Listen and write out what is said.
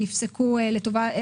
כשאני מסתכל על השותפים בקואליציה שלא